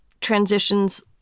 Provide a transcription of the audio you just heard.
transitions